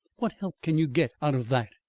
what help can you get out of that?